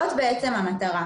זאת המטרה.